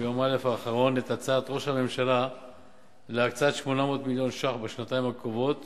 את הצעת ראש הממשלה להקצאת 800 מיליון שקלים בשנתיים הקרובות